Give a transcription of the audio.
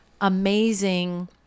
amazing